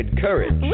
courage